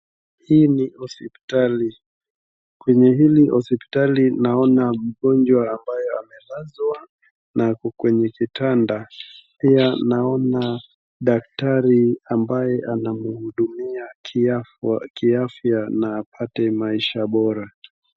Hii ni hospitali, kwenye hili hospitali naona mgponjwa ambaye amelazwa na ako kwa kitanda , pia naona daktari ambaye anamhudumia kiafya na apate maisha bora.